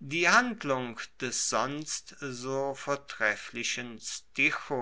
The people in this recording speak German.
die handlung des sonst so vortrefflichen